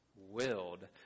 Willed